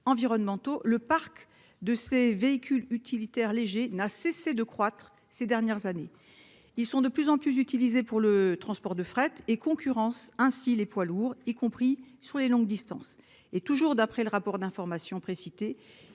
le parc de ces véhicules utilitaires légers, n'a cessé de croître ces dernières années. Ils sont de plus en plus utilisés pour le transport de fret et concurrencent ainsi les poids lourds y compris sur les longues distances et toujours d'après le rapport d'information précités.